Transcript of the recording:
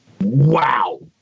Wow